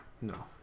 No